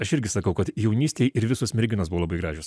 aš irgi sakau kad jaunystėj ir visos merginos buvo labai gražios